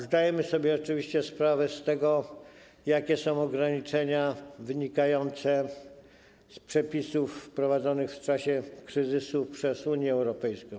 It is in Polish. Zdajemy sobie oczywiście sprawę z tego, jakie są ograniczenia wynikające z przepisów wprowadzonych w czasie kryzysu przez Unię Europejską.